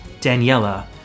daniela